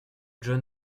john